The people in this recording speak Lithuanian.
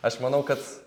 aš manau kad